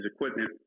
equipment